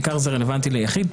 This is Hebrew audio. בעיקר זה רלוונטי ליחיד,